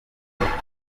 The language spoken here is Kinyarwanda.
nta